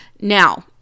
Now